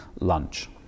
lunch